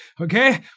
Okay